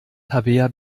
tabea